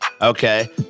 Okay